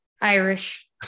Irish